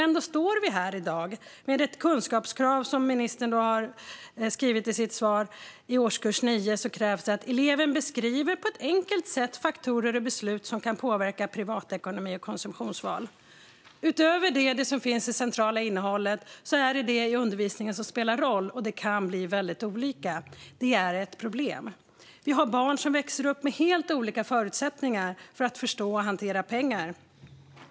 Ändå står vi här i dag med ett kunskapskrav, som ministern beskriver i sitt svar: "I årskurs 9 krävs att 'Eleven beskriver på ett enkelt sätt faktorer och beslut som kan påverka privatekonomi och konsumtionsval.'." Utöver det centrala innehållet är det undervisningen som spelar roll, och det kan bli väldigt olika. Det är ett problem. Barn växer upp med helt olika förutsättningar för att förstå och hantera pengar.